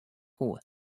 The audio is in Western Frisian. koe